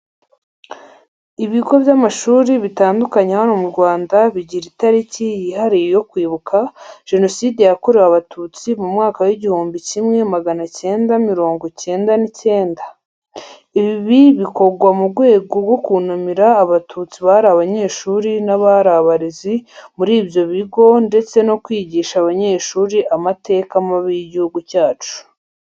Ibigo by'amashuri bitandukanye hano mu Rwanda bigira itariki yihariye yo kwibuka Jenoside yakorewe Abatutsi mu mwaka w'igihumbi kimwe magana cyenda murongo icyenda n'icyenda. Ibi bikorwa mu rwego rwo kunamira Abatutsi bari abanyeshuri n'abari abarezi muri ibyo bigo ndetse no kwigisha abanyeshuri amateka mabi y'igihugu cyacu.